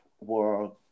work